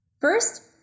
First